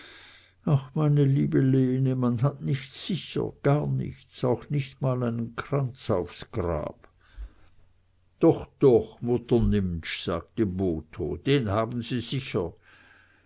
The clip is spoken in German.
ach meine liebe lene man hat nichts sicher gar nichts auch nich mal einen kranz aufs grab doch doch mutter nimptsch sagte botho den haben sie sicher